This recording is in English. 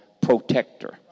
protector